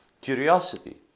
Curiosity